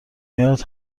میاد